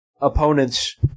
opponents